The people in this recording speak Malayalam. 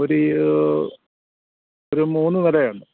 ഒരു ഒരു മൂന്ന് വലയുണ്ട്